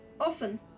Often